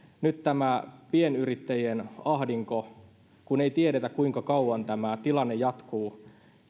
nyt tämä pienyrittäjien ahdinko on todellinen kun ei tiedetä kuinka kauan tämä tilanne jatkuu